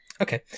Okay